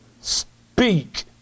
Speak